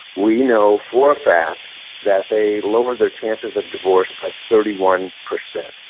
we know for a fact that they lower their chances of divorce by thirty one percent.